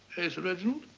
hey sir reginald.